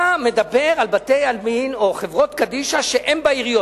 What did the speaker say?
אתה מדבר על בתי-עלמין או חברות קדישא שהם בעיריות,